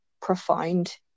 profound